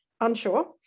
Unsure